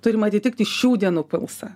turim atitikti šių dienų pulsą